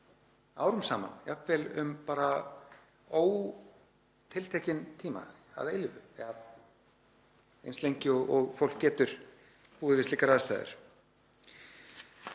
árum saman, jafnvel um ótiltekinn tíma, að eilífu, eða eins lengi og fólk getur búið við slíkar aðstæður.